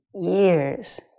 years